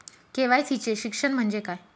KYC चे शिक्षण म्हणजे काय?